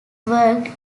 worked